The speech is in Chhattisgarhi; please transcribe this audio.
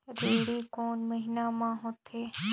रेहेण कोन महीना म होथे?